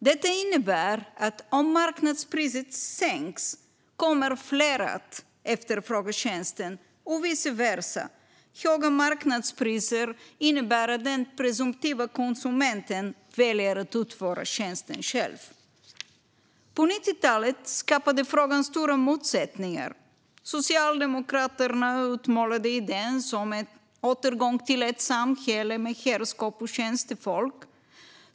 Detta innebär att om marknadspriset sänks kommer fler att efterfråga tjänsten och vice versa - höga marknadspriser innebär att den presumtiva konsumenten väljer att utföra tjänsten själv. På 90-talet skapade frågan stora motsättningar. Socialdemokraterna utmålade idén som en återgång till ett samhälle med herrskap och tjänstefolk.